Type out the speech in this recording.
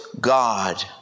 God